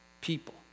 people